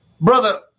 brother